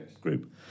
group